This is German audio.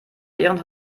ihren